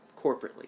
corporately